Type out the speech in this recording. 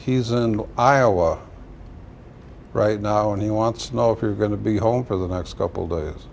he's an iowa right now and he wants know if you're going to be home for the next couple days